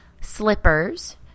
slippers